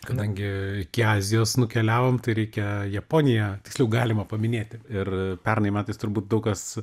kadangi iki azijos nukeliavom tai reikia japoniją tiksliau galima paminėti ir pernai metais turbūt daug kas